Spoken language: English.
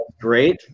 great